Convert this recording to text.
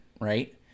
right